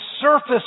surface